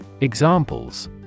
Examples